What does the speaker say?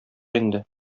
инде